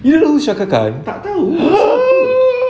you don't know who shankar khan